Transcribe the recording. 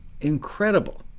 Incredible